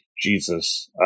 Jesus